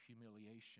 humiliation